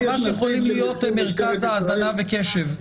אנחנו ממש יכולים להיות מרכז האזנה וקשב.